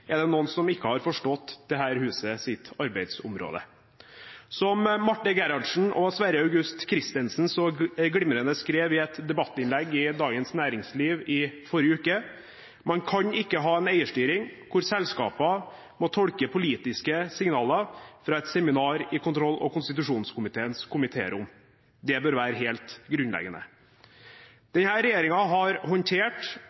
er det noen som ikke har forstått dette husets arbeidsområde. Som Marte Gerhardsen og Sverre August Christensen så glimrende skrev i et debattinnlegg i Dagens Næringsliv i forrige uke: Man «kan ikke ha eierstyring hvor selskapene må tolke politiske signaler fra» et seminar i kontroll- og konstitusjonskomiteens komitérom. Det bør være helt grunnleggende.